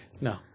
No